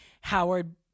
Howard